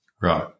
Right